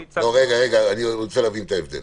רגע, אני רוצה להבין את ההבדל.